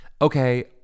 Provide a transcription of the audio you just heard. Okay